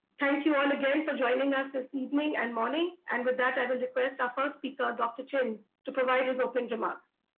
thank you all again for joining us this evening and morning. and with that, i will request our first speaker, dr. chin to provide his opening remarks.